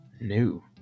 New